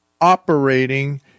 operating